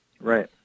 Right